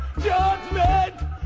Judgment